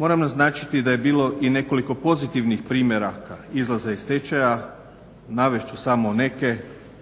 Moram naznačiti da je bilo i nekoliko pozitivnih primjera izlaza iz stečaja. Navest ću samo neke,